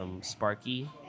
Sparky